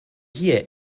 hier